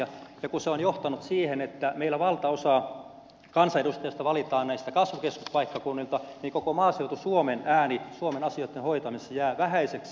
kun se on johtanut siihen että meillä valtaosa kansanedustajista valitaan näiltä kasvukeskuspaikkakunnilta niin koko maaseutu suomen ääni suomen asioitten hoitamisessa jää vähäiseksi